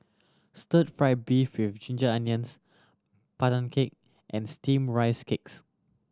Stir Fry beef with ginger onions Pandan Cake and Steamed Rice Cake